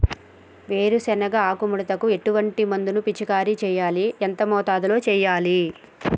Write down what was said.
వేరుశెనగ ఆకు ముడతకు ఎటువంటి మందును పిచికారీ చెయ్యాలి? ఎంత మోతాదులో చెయ్యాలి?